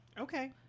Okay